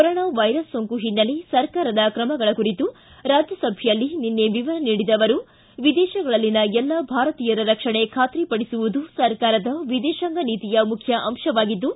corona virus ಸೋಂಕು ಹಿನ್ನೆಲೆ ಸರ್ಕಾರದ ಕ್ರಮಗಳ ಕುರಿತು ರಾಜ್ಯಸಭೆಯಲ್ಲಿ ನಿನ್ನೆ ವಿವರ ನೀಡಿದ ಅವರು ವಿದೇತಗಳಲ್ಲಿನ ಎಲ್ಲ ಭಾರತೀಯರ ರಕ್ಷಣೆ ಖಾತ್ರಿಪಡಿಸುವುದು ಸರ್ಕಾರದ ವಿದೇತಾಂಗ ನೀತಿಯ ಮುಖ್ಯ ಅಂತವಾಗಿದ್ದು